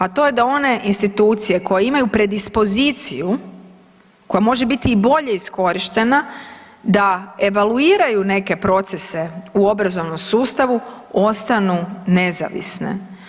A to je da one institucije koje imaju predispoziciju koja može biti i bolje iskorištena da evaluiraju neke procese u obrazovnom sustavu ostanu nezavisne.